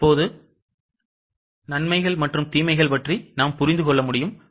இப்போது நன்மைகள் மற்றும் தீமைகள் பற்றி நாம் புரிந்து கொள்ள முடியும்